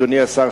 אדוני השר,